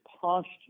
posture